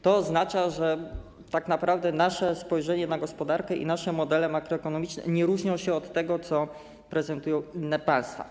To oznacza, że tak naprawdę nasze spojrzenie na gospodarkę i nasze modele makroekonomiczne nie różnią się od tego, co prezentują inne państwa.